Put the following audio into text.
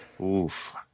Oof